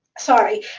sorry,